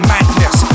Madness